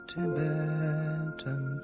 Tibetan